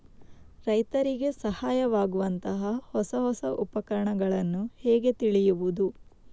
ರೈತರಿಗೆ ಸಹಾಯವಾಗುವಂತಹ ಹೊಸ ಹೊಸ ಉಪಕರಣಗಳನ್ನು ಹೇಗೆ ತಿಳಿಯುವುದು?